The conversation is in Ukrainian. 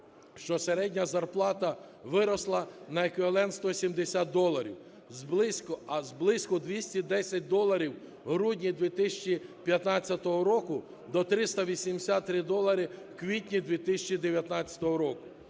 що середня зарплата виросла на еквівалент 170 доларів з близько 210 доларів в грудні 2015 року до 383 долари в квітні 2019 року.